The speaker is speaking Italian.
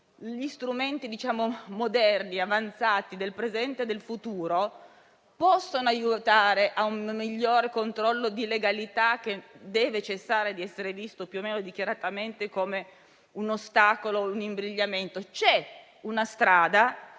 gli strumenti moderni, avanzati, del presente e del futuro possono aiutare ad esercitare un migliore controllo di legalità, che deve cessare di essere visto, più o meno dichiaratamente, come un ostacolo, un imbrigliamento. C'è una strada